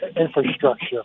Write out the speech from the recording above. infrastructure